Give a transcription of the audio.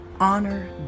Honor